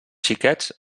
xiquets